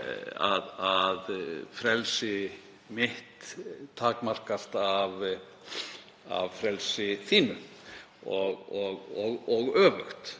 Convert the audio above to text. að frelsi mitt takmarkist af frelsi þínu og öfugt.